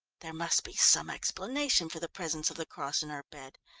there must be some explanation for the presence of the cross in her bed.